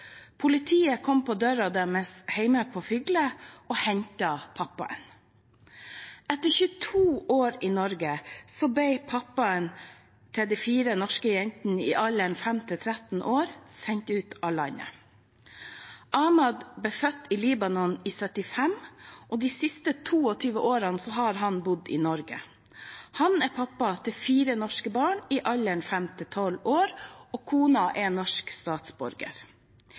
Politiet kom på døra deres hjemme på Fygle og hentet pappaen. Etter 22 år i Norge ble pappaen til de fire norske jentene i alderen 5 til 13 år sendt ut av landet. Ahmad ble født i Libanon i 1975, og de siste 22 årene har han bodd i Norge. Han er altså pappa til fire norske barn, og kona er norsk statsborger.